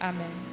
Amen